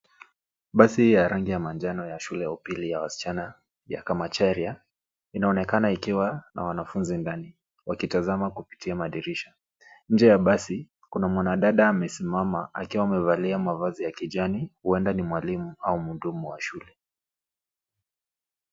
Basi ya rangi ya manjano ya shule ya upili ya wasichana ya Kamacharia, inaonekana ikiwa na wanafunzi ndani wakitazama kupitia madirisha. Nje ya basi kuna mwanadada amesimama akiwa amevalia mavazi ya kijani huenda ni mwalimu au muhudumu wa shule.